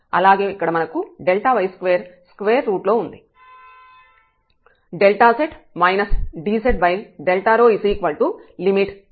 అలాగే ఇక్కడ మనకు y2 స్క్వేర్ రూట్ లో ఉంది